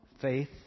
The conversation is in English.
faith